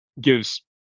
gives